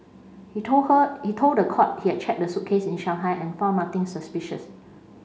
he told her he told the court he had checked the suitcase in Shanghai and found nothing suspicious